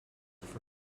for